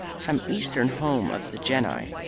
some eastern home of the genii.